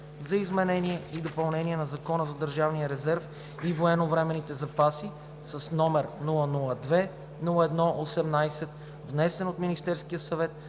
за изменение и допълнение на Закона за държавните резерви и военновременните запаси, № 002-01-18, внесен от Министерския съвет